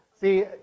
see